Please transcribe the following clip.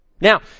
Now